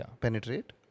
penetrate